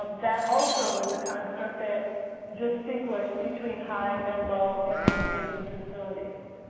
that also is a construct that distinguished between high and low implementation facilities,